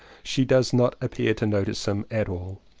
she does not appear to notice him at all.